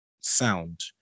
sound